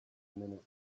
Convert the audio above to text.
minute